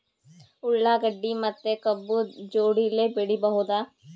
ಉಳ್ಳಾಗಡ್ಡಿ ಮತ್ತೆ ಕಬ್ಬು ಜೋಡಿಲೆ ಬೆಳಿ ಬಹುದಾ?